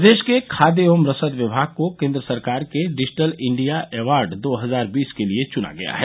प्रदेश के खाद्य एवं रसद विमाग को केन्द्र सरकार के डिजिटल इंडिया अवार्ड दो हजार बीस के लिए चुना गया है